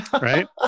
Right